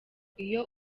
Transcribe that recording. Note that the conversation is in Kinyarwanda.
iyo